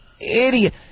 idiot